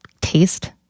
taste